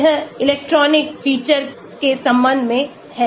यह electronic feature के संबंध में है